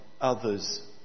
others